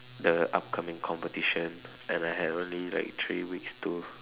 the upcoming competition and I had only like three weeks to